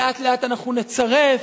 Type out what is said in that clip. לאט-לאט אנחנו נצרף,